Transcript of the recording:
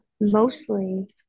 mostly